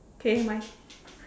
okay my